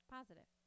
Positive